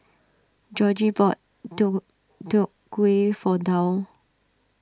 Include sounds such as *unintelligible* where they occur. Georgie bought *unintelligible* Deodeok Gui for Dow